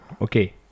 Okay